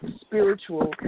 spiritual